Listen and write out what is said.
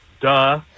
duh